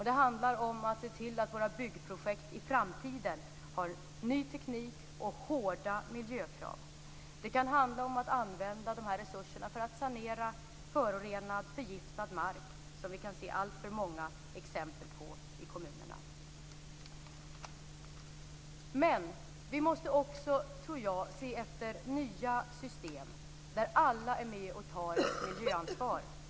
Det handlar om att se till att våra byggprojekt i framtiden har ny teknik och hårda miljökrav. Det kan handla om att använda de här resurserna för att sanera förorenad och förgiftad mark. Det kan vi ju se alltför många exempel på i kommunerna. Men jag tror att vi också måste leta efter nya system där alla är med och tar ett ansvar för miljön.